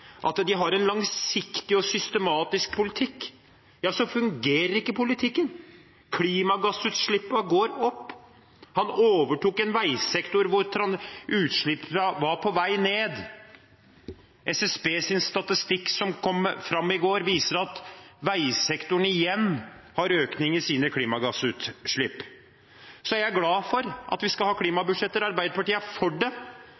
at de har en langsiktig og systematisk politikk, fungerer ikke politikken. Klimagassutslippene går opp. Han overtok en veisektor hvor utslippene var på vei ned. SSBs statistikk som kom i går, viser at veisektoren igjen har økning i sine klimagassutslipp. Jeg er glad for at vi skal ha klimabudsjetter. Arbeiderpartiet er for det.